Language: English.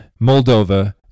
Moldova